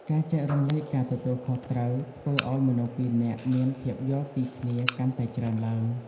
ការចែករំលែកការទទួលខុសត្រូវធ្វើឱ្យមនុស្សពីរនាក់មានភាពយល់ពីគ្នាកាន់តែច្រើនឡើង។